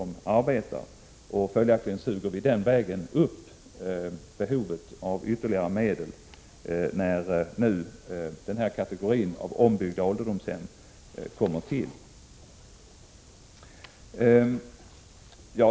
Följaktligen tillgodoser vi den vägen behovet av ytterligare medel när denna kategori av ombyggda ålderdomshem kommer till.